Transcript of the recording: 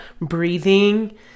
breathing